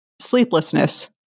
sleeplessness